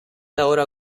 ahora